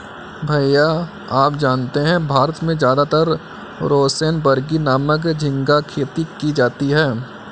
भैया आप जानते हैं भारत में ज्यादातर रोसेनबर्गी नामक झिंगा खेती की जाती है